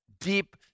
deep